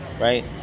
right